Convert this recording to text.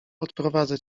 odprowadzę